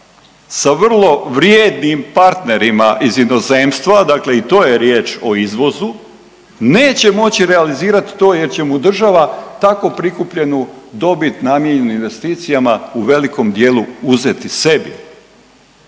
sa vrlo vrijednim partnerima iz inozemstva, dakle i to je riječ o izvozu, neće moći realizirat to jer će mu država tako prikupljenu dobit namijenjenu investicijama u velikom dijelu uzeti sebi,